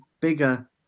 bigger